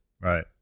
right